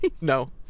No